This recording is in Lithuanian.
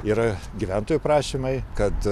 yra gyventojų prašymai kad